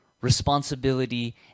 responsibility